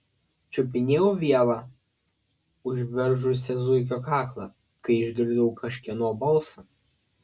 čiupinėjau vielą užveržusią zuikio kaklą kai išgirdau kažkieno balsą